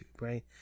right